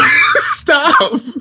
Stop